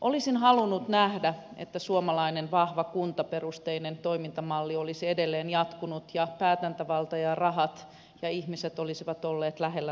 olisin halunnut nähdä että suomalainen vahva kuntaperusteinen toimintamalli olisi edelleen jatkunut ja päätäntävalta rahat ja ihmiset olisivat olleet lähellä toisiaan